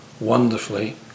wonderfully